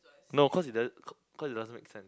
no cause it does cause it doesn't make